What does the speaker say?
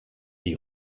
die